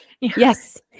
Yes